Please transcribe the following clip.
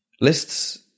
lists